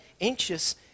anxious